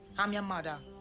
i'm your mother,